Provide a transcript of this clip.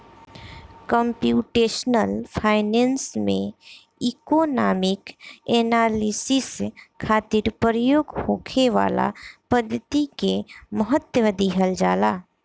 computational finance में economic analysis खातिर प्रयोग होखे वाला पद्धति के महत्व दीहल जाला